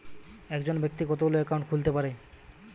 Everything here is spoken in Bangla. একজন ব্যাক্তি কতগুলো অ্যাকাউন্ট খুলতে পারে?